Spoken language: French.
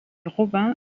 robin